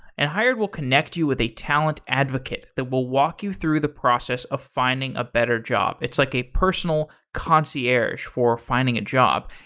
and hired will connect you with a talent advocate that will walk you through the process of finding a better job. it's like a personal concierge for finding a job.